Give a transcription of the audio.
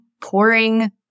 pouring